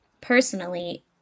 personally